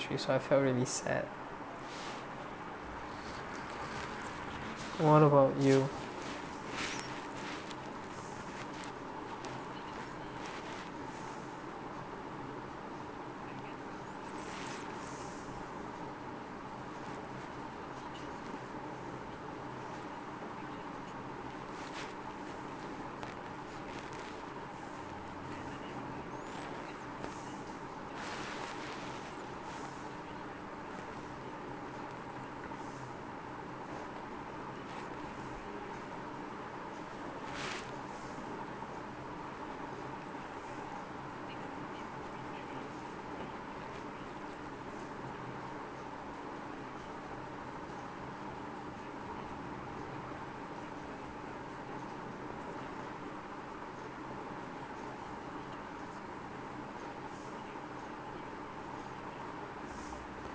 so I felt really sad what about you